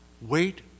wait